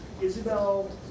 Isabel